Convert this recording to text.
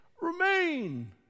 remain